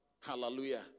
Hallelujah